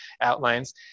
outlines